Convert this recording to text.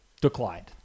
declined